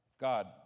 God